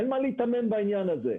אין מה להיתמם בעניין הזה,